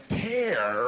tear